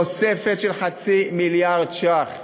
תוספת של חצי מיליארד ש"ח.